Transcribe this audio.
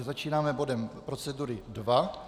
Začínáme bodem procedury 2.